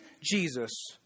Jesus